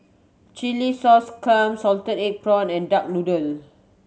chilli sauce clams salted egg prawns and duck noodle